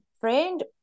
friend